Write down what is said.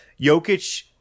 Jokic